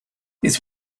this